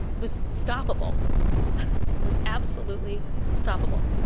was stoppable was absolutely stoppable